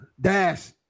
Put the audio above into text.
Dash